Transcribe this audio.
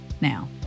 now